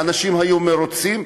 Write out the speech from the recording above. האנשים היו מרוצים,